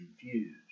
confused